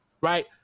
Right